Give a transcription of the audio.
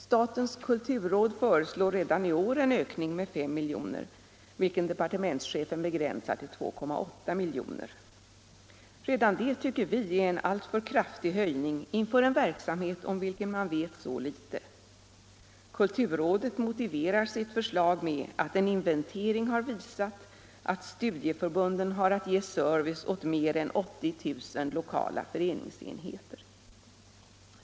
Statens kulturråd föreslår redan i år en ökning med 5 miljoner, vilken departementschefen begränsar till 2,8 miljoner. Redan det tycker vi är en alltför kraftig höjning inför en verksamhet, om vilken man vet så litet. Kulturrådet motiverar sitt förslag med att en inventering har visat att studieförbunden har att ge service åt mer än 80 000 lokala föreningsenheter.